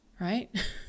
Right